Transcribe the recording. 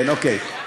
כן, אוקיי.